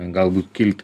galbūt kilt